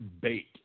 bait